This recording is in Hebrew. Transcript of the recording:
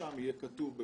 שם יהיה כתוב.